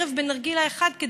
ערב נרגילה אחד,